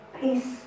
peace